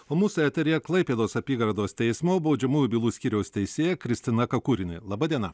o mūsų eteryje klaipėdos apygardos teismo baudžiamųjų bylų skyriaus teisėja kristina kakurina laba diena